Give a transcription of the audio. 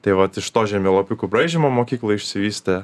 tai vat iš to žemėlapiukų braižymo mokykloj išsivystė